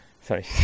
sorry